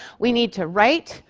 we need to write,